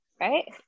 right